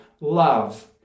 love